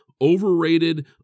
overrated